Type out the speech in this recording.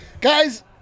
guys